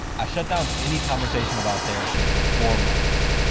i shut down any conversation about therapy for four months.